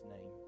name